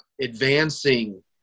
advancing